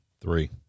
Three